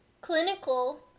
clinical